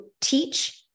teach